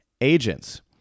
agents